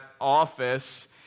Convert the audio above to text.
office